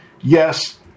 yes